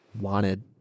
wanted